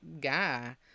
guy